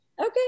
Okay